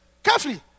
carefully